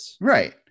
Right